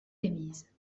émise